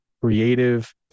creative